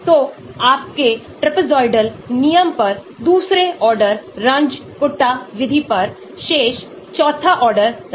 तो आम तौर पर यह है कि कैसे Hansch समीकरण 122 159 122 pi 159 सिग्मा pi हाइड्रोफोबिसिटी का प्रतिनिधित्व करता है सिग्मा इलेक्ट्रॉनिक का प्रतिनिधित्व करता है